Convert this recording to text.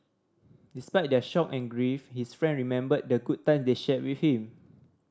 despite their shock and grief his friend remembered the good time they shared with him